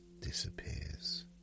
disappears